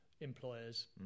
employers